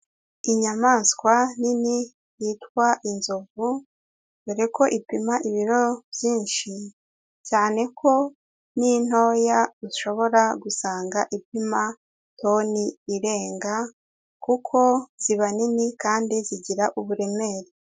Inyamaswa nini, yitwa inzovu, dore ko ipima ibiro byinshi, cyane ko n'intoya ushobora gusanga ipima toni irenga, kuko ziba nini kandi zigira uburemere.